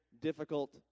difficult